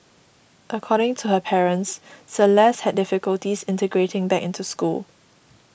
according to her parents Celeste had difficulties integrating back into school